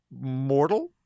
mortal